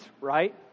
right